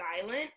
silent